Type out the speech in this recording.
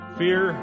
fear